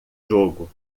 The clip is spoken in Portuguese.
jogo